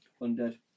undead